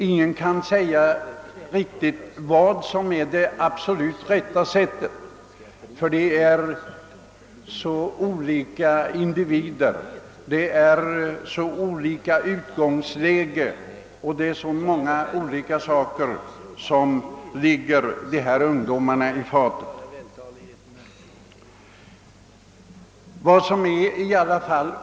Ingen kan generellt säga vad som är det absolut riktigaste, ty det är fråga om många olika slags individer med olika utgångsläge. Det är också mycket som ligger dessa ungdomar i fatet.